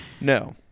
no